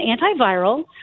antiviral